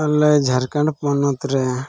ᱟᱞᱮ ᱡᱷᱟᱲᱠᱷᱚᱸᱰ ᱯᱚᱱᱚᱛ ᱨᱮ